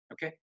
Okay